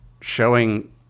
showing